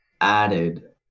added